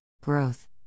growth